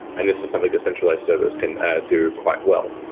and this is something a centralized service can do quite well.